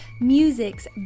music's